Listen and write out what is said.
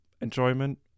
enjoyment